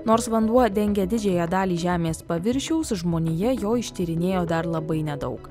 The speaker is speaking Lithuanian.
nors vanduo dengia didžiąją dalį žemės paviršiaus žmonija jo ištyrinėjo dar labai nedaug